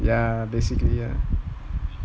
ya basically